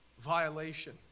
Violation